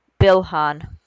Bilhan